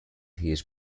his